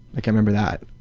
like i remember that.